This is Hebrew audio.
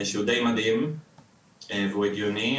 שהוא די מדהים והוא הגיוני,